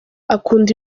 akunda